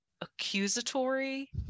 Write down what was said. accusatory